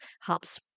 helps